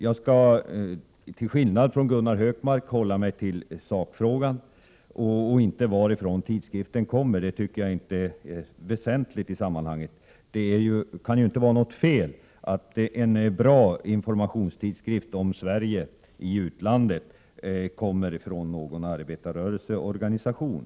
Jag skall till skillnad från Gunnar Hökmark hålla mig till sakfrågan, inte till vilka som står bakom tidskriften. Det är inte väsentligt i sammanhanget. Det kan inte vara något fel att en bra informationstidskrift om Sverige, riktad till utlandet, utges av en arbetarrörelseorganisation.